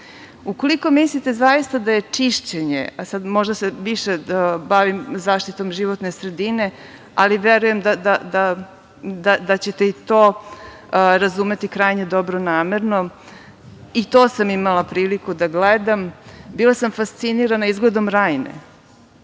ukoliko mislite zaista da je čišćenje, a sada se možda više bavim zaštitom životne sredine, ali verujem da će te i to razumeti krajnje dobronamerno i to sam imala priliku da gledam. Bila sam fascinirana izgledom Rajne.